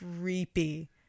creepy